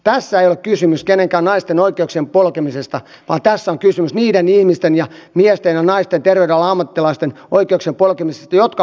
tässä ei ole kysymys kenenkään naisen oikeuksien polkemisesta vaan tässä on kysymys niiden ihmisten miesten ja naisten terveydenhuollon ammattilaisten oikeuksien polkemisesta jotka haluavat pelastaa ja suojella elämää